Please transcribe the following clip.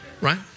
Right